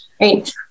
right